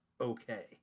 okay